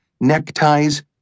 neckties